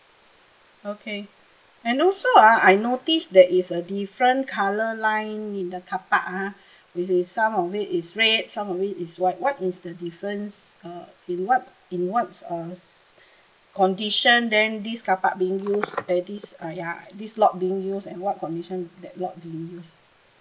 okay and also ah I noticed there is a different colour line in the car park ah which is some of it is red some it is white what is the difference uh in what in what's uh s~ condition then this car park being used at this uh ya at this lot being used and what condition that lot being used